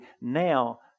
Now